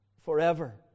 Forever